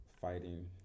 fighting